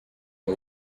the